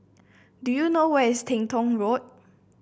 do you know where is Teng Tong Road